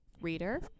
reader